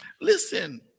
Listen